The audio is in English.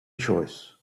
choice